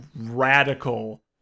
radical